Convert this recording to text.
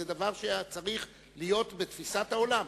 זה דבר שצריך להיות בתפיסת העולם,